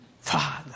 Father